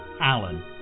Alan